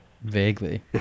Vaguely